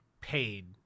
paid